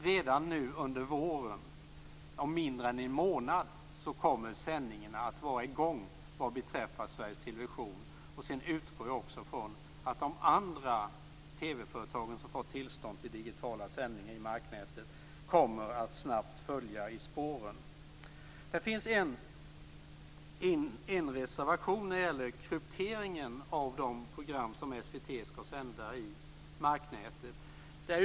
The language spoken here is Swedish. Redan nu under våren - om mindre än en månad - kommer sändningarna att vara i gång vad beträffar Sveriges Television. Jag utgår från att de andra TV-företagen som har tillstånd till digitala sändningar i marknätet kommer att snabbt följa i spåren. Det finns en reservation som rör krypteringen av de program som SVT skall sända i marknätet.